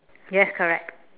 yes correct